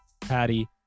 Patty